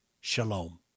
Shalom